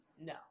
no